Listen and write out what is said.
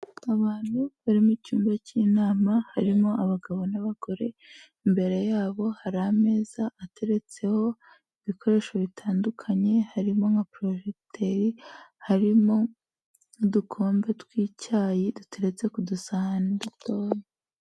Abantu bari mu cyumba cy'inama, harimo abagabo n'abagore, imbere yabo hari ameza ateretseho ibikoresho bitandukanye, harimo nka porojegiteri, harimo udukombe tw'icyayi duteretse k'udusahani dutoya.